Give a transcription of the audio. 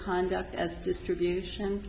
conduct and distribution